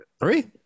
three